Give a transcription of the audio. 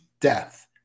death